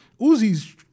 Uzi's